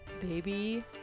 baby